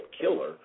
killer